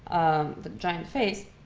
the giant face,